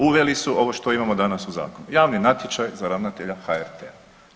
Uveli su ovo što imamo danas u zakonu javni natječaj za ravnatelja HRT-a.